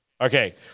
Okay